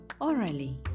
orally